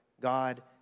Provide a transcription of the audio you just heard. God